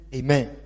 amen